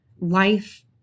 Life